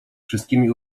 wszystkimi